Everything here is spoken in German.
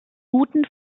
guten